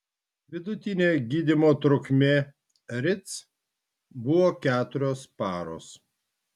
vidutinė gydymo trukmė rits buvo keturios paros